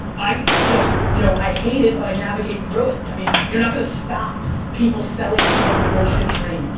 i just, you know, i hate it but i navigate through it. i mean you're not gonna stop people selling people the bullshit dream.